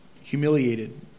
humiliated